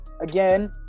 again